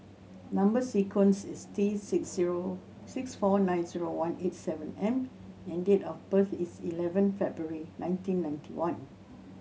number sequence is T six zero six four nine zero one eight seven M and date of birth is eleven February nineteen ninety one